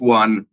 one